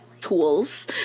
tools